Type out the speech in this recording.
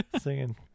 singing